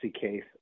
case